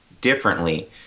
differently